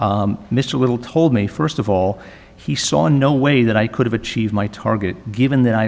mr little told me first of all he saw no way that i could have achieved my target given that i